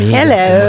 Hello